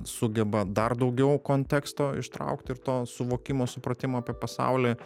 sugeba dar daugiau konteksto ištraukti ir to suvokimo supratimo apie pasaulį